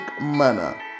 manner